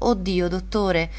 oh dio dottore